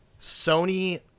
Sony